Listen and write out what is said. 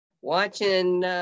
watching